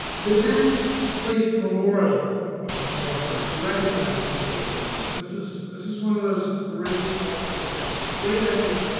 they then placed a memorial ah marker to recognize enslaved persons and this is this is one of those great halting steps, a great idea,